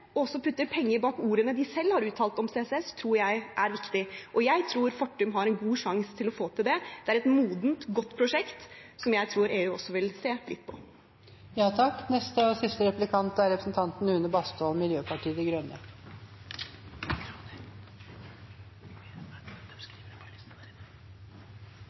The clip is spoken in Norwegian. også putter penger bak ordene de selv har uttalt om CCS, tror jeg er viktig. Jeg tror Fortum har en god sjanse til å få til det. Det er et modent, godt prosjekt som jeg tror EU også vil se